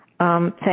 Thank